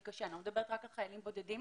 קשה אני לא מדברת רק על חיילים בודדים